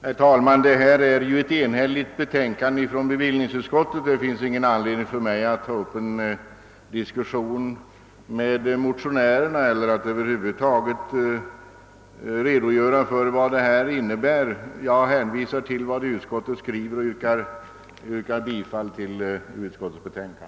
Herr talman! Här föreligger ett enhälligt betänkande från bevillningsutskottet, och jag har ingen anledning att ta upp någon diskussion med motionärerna eller att över huvud taget redogöra för frågan. Jag hänvisar till betänkandet och yrkar bifall till utskottets hemställan.